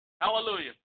hallelujah